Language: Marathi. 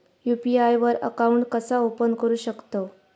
यू.पी.आय वर अकाउंट कसा ओपन करू शकतव?